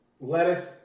lettuce